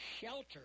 SHELTER